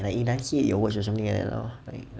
like enunciate your words or something like that lor